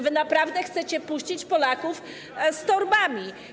Wy naprawdę chcecie puścić Polaków z torbami.